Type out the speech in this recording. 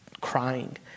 crying